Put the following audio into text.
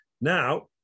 Now